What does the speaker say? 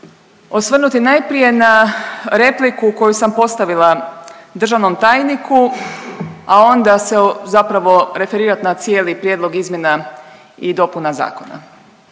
osvrnuti najprije na repliku koju sam postavila državnom tajniku, a onda se zapravo referirat na cijeli prijedlog izmjena i dopuna zakona.